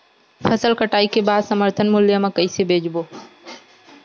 फसल कटाई के बाद समर्थन मूल्य मा कइसे बेचबो?